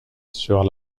sur